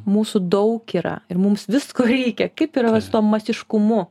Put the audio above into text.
mūsų daug yra ir mums visko reikia kaip yra va su tuo masiškumu